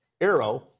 arrow